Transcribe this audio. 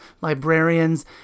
librarians